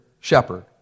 shepherd